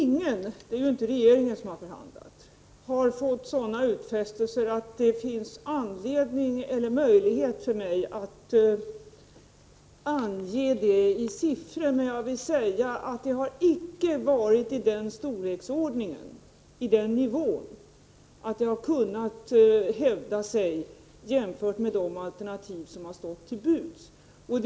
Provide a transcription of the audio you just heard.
Nr 51 Herr talman! Ingen har fått sådana utfästelser att det finns anledning eller öilighet för mi d is i siffi derär juinte hell é Torsdagen den möjlighet för mig att ange sta prisisiffror= et ärjö ie eller regeringen 13december 1984 som har förhandlat. Men jag vill säga att priset icke har varit i den RET OLEn a 5 re RES sig Rd 5 Omden planerade Siternativ som har st i till buds.